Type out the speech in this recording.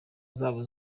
zabo